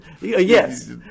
Yes